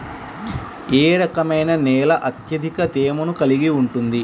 ఏ రకమైన నేల అత్యధిక తేమను కలిగి ఉంటుంది?